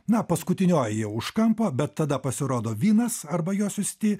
na paskutinioji jau už kampo bet tada pasirodo vinas arba jo siųsti